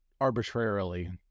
arbitrarily